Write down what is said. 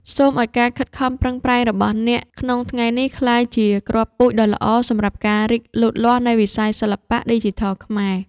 សូមឱ្យការខិតខំប្រឹងប្រែងរបស់អ្នកក្នុងថ្ងៃនេះក្លាយជាគ្រាប់ពូជដ៏ល្អសម្រាប់ការរីកលូតលាស់នៃវិស័យសិល្បៈឌីជីថលខ្មែរ។